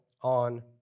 on